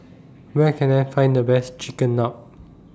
Where Can I Find The Best Chigenabe